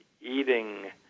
eating